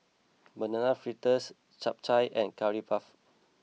Banana Fritters Chap Chai and Curry Puff